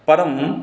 परम्